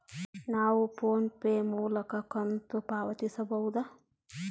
ನಾವು PhonePe ಮೂಲಕ ಕಂತು ಪಾವತಿಸಬಹುದಾ?